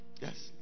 Yes